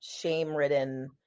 shame-ridden